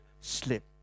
slip